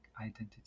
identity